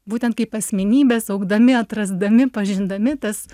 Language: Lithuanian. būtent kaip asmenybės augdami atrasdami pažindami tas